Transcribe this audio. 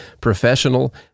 professional